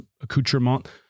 accoutrement